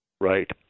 Right